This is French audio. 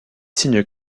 signes